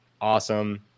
awesome